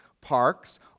parks